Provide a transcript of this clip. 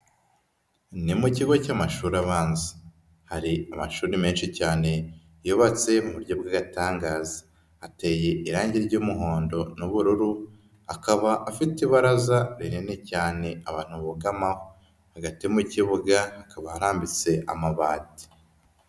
Ni mu kigo cy'amashuri abanza, hari amashuri menshi cyane yubatse mu buryo bw'agatangaza, ateye irangi ry'umuhondo n'ubururu, akaba afite ibaraza rinini cyane abantu bugamaho, hagati mu kibuga hakaba harambitse amabati.